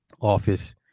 office